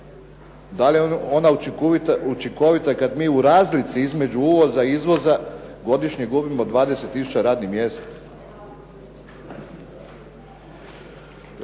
da li je ona učinkovita kada mi u razlici između uvoza i izvoza godišnje gubimo 20 tisuća radnih mjesta?